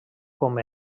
com